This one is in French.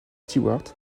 stewart